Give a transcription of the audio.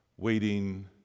waiting